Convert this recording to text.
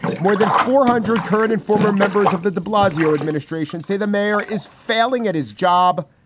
more than four hundred current and former members of the de blasio administration say the mayor is failing at his job.